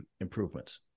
improvements